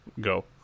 go